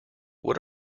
what